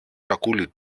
σακούλι